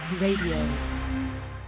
Radio